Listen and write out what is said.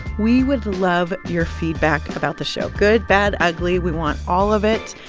we would love your feedback about the show good, bad, ugly. we want all of it.